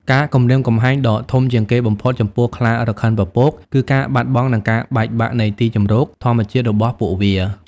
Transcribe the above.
ការគំរាមកំហែងដ៏ធំជាងគេបំផុតចំពោះខ្លារខិនពពក គឺ ការបាត់បង់ និងការបែកបាក់នៃទីជម្រក ធម្មជាតិរបស់ពួកវា។